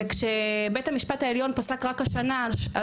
וכשבית המשפט העליון פסק רק השנה על